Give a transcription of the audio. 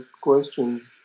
question